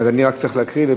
אז אני רק צריך להקריא את זה,